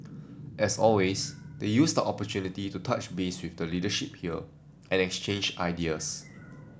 as always they used the opportunity to touch base with the leadership here and exchange ideas